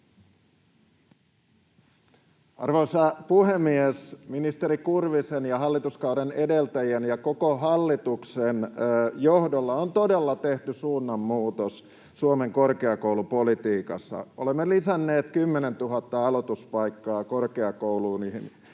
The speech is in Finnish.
Arvoisa puhemies! Ministeri Kurvisen ja hallituskauden edeltäjien ja koko hallituksen johdolla on todella tehty suunnanmuutos Suomen korkeakoulupolitiikassa. Olemme lisänneet 10 000 aloituspaikkaa korkeakouluihin